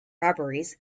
robberies